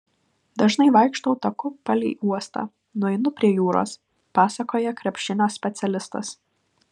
dažnai vaikštau taku palei uostą nueinu prie jūros pasakoja krepšinio specialistas